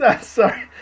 sorry